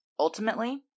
Ultimately